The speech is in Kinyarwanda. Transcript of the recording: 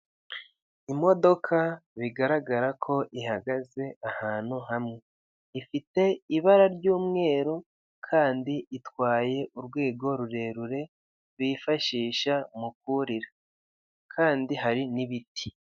imodoka bigaragara ko ihagaze ahantu hamwe ifite ibara ry'umweru kandi itwaye urwego rurerure bifashisha mukurira kandi hari n'ibiti.